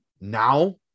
now